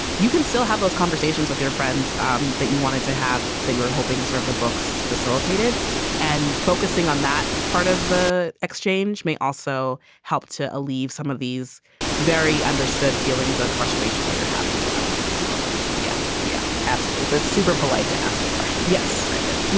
you can still have those conversations with their friends um that you wanted to have that you were hoping sort of the books facilitated and focusing on that part of the exchange may also help to leave some of these very understood feelings of frustration that you're having but around this book like yeah, yeah, absolutely. but super polite to ask the question. and yes, you framed it.